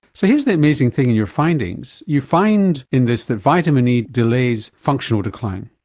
so here's the amazing thing in your findings you find in this that vitamin e delays functional decline,